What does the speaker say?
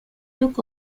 took